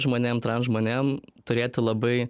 žmonėm transžmonėm turėti labai